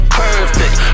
perfect